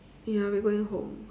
ya we going home